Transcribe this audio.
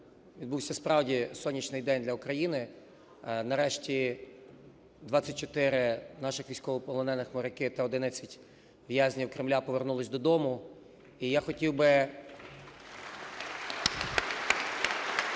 відбувся, справді, сонячний день для України - нарешті 24 наших військовополонених моряків та 11 в'язнів Кремля повернулися додому. І я хотів би… (Оплески)